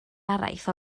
araith